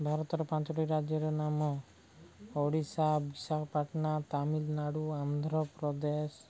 ଭାରତର ପାଞ୍ଚଟି ରାଜ୍ୟର ନାମ ଓଡ଼ିଶା ବିଶାଖପାଟନା ତାମିଲନାଡ଼ୁ ଆନ୍ଧ୍ରପ୍ରଦେଶ